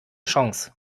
chance